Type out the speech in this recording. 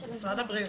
משרד הבריאות.